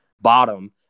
bottom